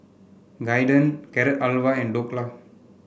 Guiden Carrot Halwa and Dhokla